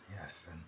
yes